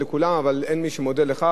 מי שהיה בוועדות,